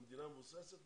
כמדינה מבוססת,